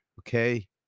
Okay